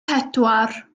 pedwar